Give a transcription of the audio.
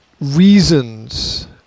reasons